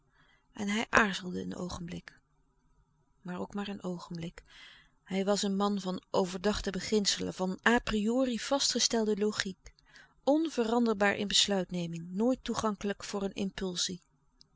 en hij aarzelde een oogenblik maar ook maar een oogenblik hij was een man van overdachte beginselen van a priori vastgestelde logiek onveranderbaar in besluitneming nooit toegankelijk voor een impulsie